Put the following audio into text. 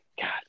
God